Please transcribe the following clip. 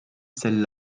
celles